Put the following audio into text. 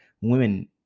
women